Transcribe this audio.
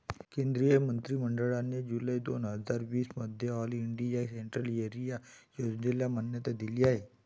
केंद्रीय मंत्रि मंडळाने जुलै दोन हजार वीस मध्ये ऑल इंडिया सेंट्रल एरिया योजनेला मान्यता दिली आहे